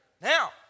Now